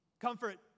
Comfort